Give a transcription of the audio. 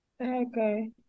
Okay